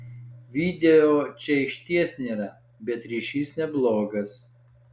video čia išties nėra bet ryšys neblogas